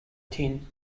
tin